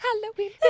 Halloween